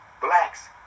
blacks